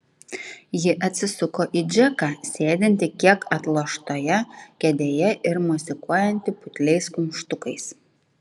ji atsisuko į džeką sėdintį kiek atloštoje kėdėje ir mosikuojantį putliais kumštukais